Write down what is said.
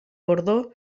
bordó